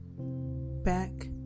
back